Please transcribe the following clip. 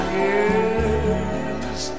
yes